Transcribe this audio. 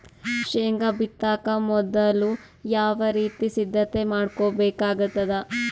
ಶೇಂಗಾ ಬಿತ್ತೊಕ ಮೊದಲು ಯಾವ ರೀತಿ ಸಿದ್ಧತೆ ಮಾಡ್ಬೇಕಾಗತದ?